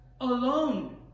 alone